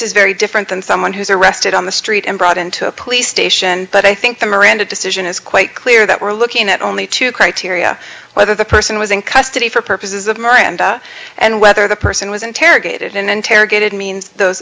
is very different than someone who's arrested on the street and brought into a police station but i think the miranda decision is quite clear that we're looking at only two criteria whether the person was in custody for purposes of miranda and whether the person was interrogated and interrogated means those